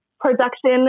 production